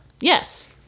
Yes